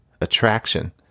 attraction